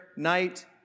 Night